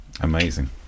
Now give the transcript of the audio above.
Amazing